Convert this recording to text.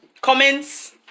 comments